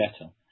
better